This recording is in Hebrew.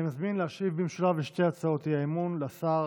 אני מזמין להשיב במשולב על שתי הצעות האי-אמון את השר